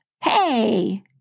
hey